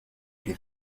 les